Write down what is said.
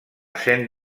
saint